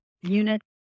unit